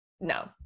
No